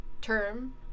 term